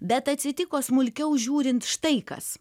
bet atsitiko smulkiau žiūrint štai kas